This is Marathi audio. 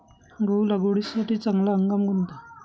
गहू लागवडीसाठी चांगला हंगाम कोणता?